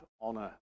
honor